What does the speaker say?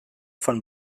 von